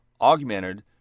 augmented